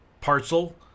parcel